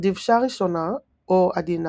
דבשה ראשונה או עדינה,